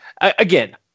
again